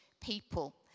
people